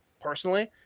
personally